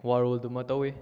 ꯋꯥꯔꯣꯜꯗꯨꯃ ꯇꯧꯏ